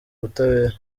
ubutabera